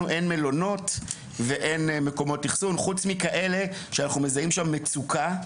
לנו אין מלונות ואין מקומות אכסון חוץ מכאלה שאנחנו מזהים שם מצוקה.